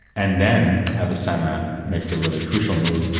and then avicenna makes the really crucial move,